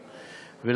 כספים.